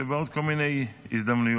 ובעוד כל מיני הזדמנויות.